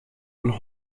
und